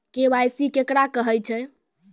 KYC केकरा कहैत छै?